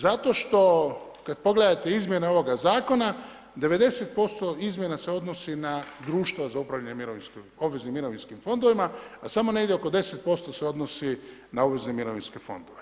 Zato što kad pogledate izmjene ovoga zakona 90% izmjena se odnosi na društva za upravljanje obveznim mirovinskim fondovima, a samo negdje oko 10% se odnosi na obvezne mirovinske fondove.